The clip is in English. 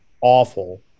awful